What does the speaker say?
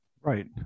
Right